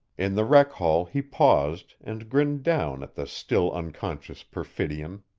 in the rec-hall, he paused, and grinned down at the still-unconscious perfidion.